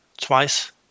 twice